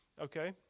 Okay